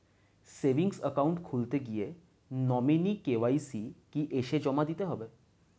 Savings account খুলতে গিয়ে nominee KYC কি এসে জমা দিতে হবে?